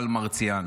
אני לא מרבה להתרגש,